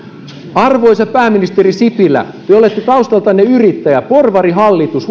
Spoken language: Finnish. arvoisa pääministeri sipilä te olette taustaltanne yrittäjä on porvarihallitus